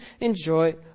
enjoy